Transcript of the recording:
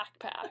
backpack